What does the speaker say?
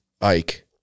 Ike